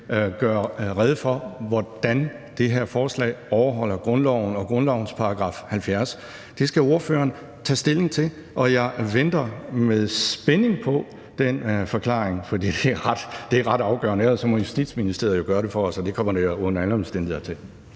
gøre rede for, hvordan det her forslag overholder grundloven og grundlovens § 70. Det skal ordføreren tage stilling til, og jeg venter med spænding på den forklaring, for det er ret afgørende. Ellers må Justitsministeriet jo gøre det for os, og det kommer det under alle omstændigheder til.